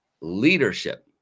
leadership